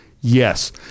Yes